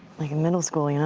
like in middle school, yeah